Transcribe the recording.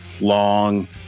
long